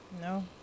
No